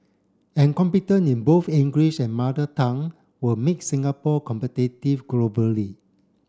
and competent in both English and Mother Tongue will make Singapore competitive globally